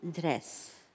dress